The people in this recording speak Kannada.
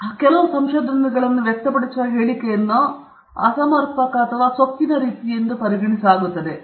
ಹಾಗಾಗಿ ಕೆಲವು ಸಂಶೋಧನೆಗಳನ್ನು ವ್ಯಕ್ತಪಡಿಸುವ ಹೇಳಿಕೆಯನ್ನು ಅಸಮರ್ಪಕ ಮತ್ತು ಸೊಕ್ಕಿನ ರೀತಿಯಲ್ಲಿ ಪರಿಗಣಿಸಲಾಗುತ್ತದೆ